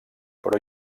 però